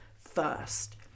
first